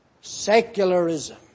secularism